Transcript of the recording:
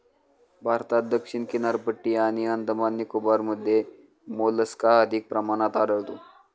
भारतात दक्षिण किनारपट्टी आणि अंदमान निकोबारमध्ये मोलस्का अधिक प्रमाणात आढळतो